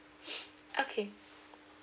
okay